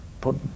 put